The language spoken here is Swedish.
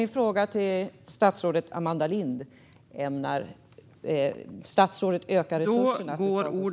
Min fråga till statsrådet Amanda Lind är: Ämnar statsrådet öka resurserna till Statens fastighetsverk?